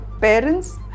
Parents